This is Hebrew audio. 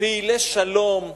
פעילי שלום,